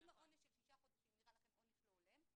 אם העונש של שישה חודשים נראה לכם עונש לא הולם,